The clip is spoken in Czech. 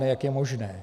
Jak je možné?